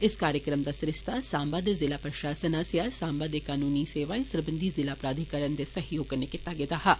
इस कार्यक्रम दा सरिस्ता साम्बा दे जिला प्रषासन आस्सेआ साम्बा दे कानूनी सेवाए सरबंधी जिला प्राधिकरण दे सहयोग कन्नै कीता गेदा हा